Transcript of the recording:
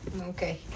Okay